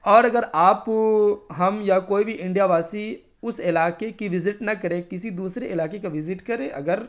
اور اگر آپ ہم یا کوئی بھی انڈیا واسی اس علاقے کی وزٹ نہ کرے کسی دوسرے علاقے کا وزٹ کرے اگر